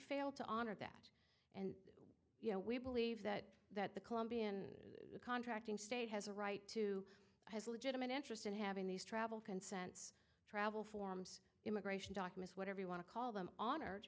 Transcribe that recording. failed to honor that and you know we believe that that the colombian contracting state has a right to has a legitimate interest in having these travel consents travel forms immigration documents whatever you want to call them hon